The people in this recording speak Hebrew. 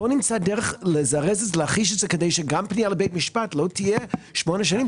בואו נמצא דרך להחיש את זה כדי שגם פנייה לבית משפט לא תהיה שמונה שנים,